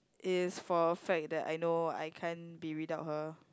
is for a fact that I know I can't be without her